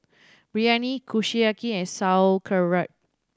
Biryani Kushiyaki and Sauerkraut